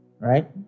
right